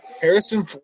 Harrison